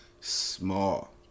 small